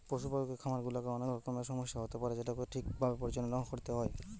পশুপালকের খামার গুলাতে অনেক রকমের সমস্যা হতে পারে যেটোকে ঠিক ভাবে পরিচালনা করতে হয়